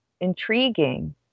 intriguing